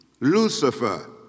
Lucifer